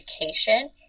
education